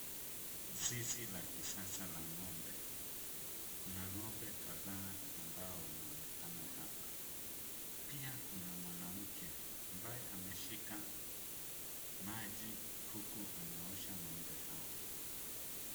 Zizi la kisasa la ng'ombe. Kuna ng'ombe kadhaa ambao wanaonekana hapa. Pia kuna mwanamke ambaye ameshika maji huku anaosha ng'ombe hawa.